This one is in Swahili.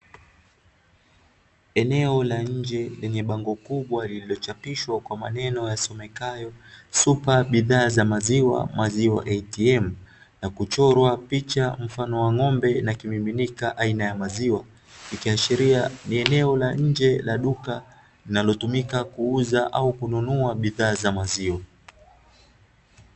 Eneo la nje lenye bango kubwa lililochapishwa maneno yasomekayo "super bidhaa za maziwa, maziwa ATM "na kuchorwa picha mfano ngombe na kimiminika aina ya maziwa . Ikiashiria ni eneo la nje la duka linalotumika kuuza au kununua bidhaa za maziwa .